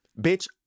Bitch